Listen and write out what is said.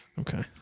Okay